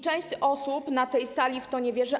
Część osób na tej sali w to nie wierzy.